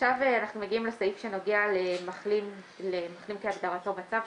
עכשיו אנחנו מגיעים לסעיף שנוגע למחלים כהגדרתו בצו,